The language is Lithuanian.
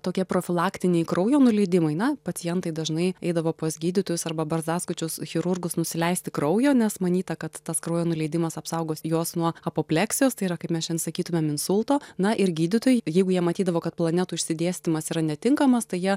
tokie profilaktiniai kraujo nuleidimai na pacientai dažnai eidavo pas gydytojus arba barzdaskučius chirurgus nusileisti kraujo nes manyta kad tas kraujo nuleidimas apsaugos juos nuo apopleksijos tai yra kaip mes šian sakytumėm insulto na ir gydytojai jeigu jie matydavo kad planetų išsidėstymas yra netinkamas tai jie